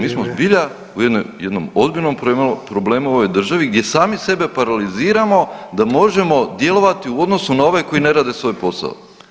Mi smo zbilja u jednoj, jednom ozbiljnom problemu u ovoj državi gdje sami sebe paraliziramo da možemo djelovati u odnosu na ove koji ne rade svoj posao.